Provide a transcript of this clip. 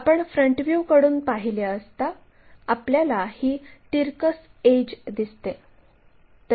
आपण फ्रंट व्ह्यूकडून पाहिले असता आपल्याला ही तिरकस एड्ज दिसते